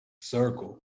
circle